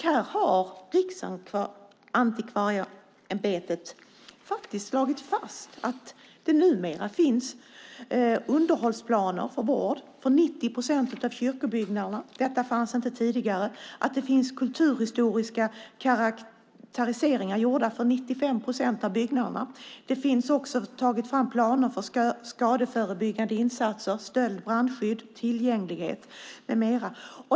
Här har Riksantikvarieämbetet faktiskt slagit fast att det numera finns underhållsplaner för vård av 90 procent av kyrkobyggnaderna. Detta fanns inte tidigare. Det finns kulturhistoriska karaktäriseringar gjorda för 95 procent av byggnaderna. Det har också tagits fram planer för skadeförebyggande insatser, stöld, brandskydd, tillgänglighet med mera.